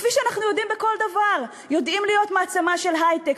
כפי שאנחנו יודעים בכל דבר: יודעים להיות מעצמה של היי-טק,